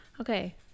okay